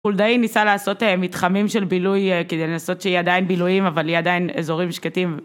חולדאי ניסה לעשות מתחמים של בילוי, כדי לנסות שיהיה עדיין בילויים, אבל יהיה עדיין אזורים שקטים